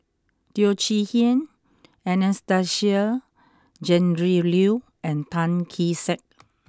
Teo Chee Hean Anastasia Tjendri Liew and Tan Kee Sek